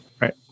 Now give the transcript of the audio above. Right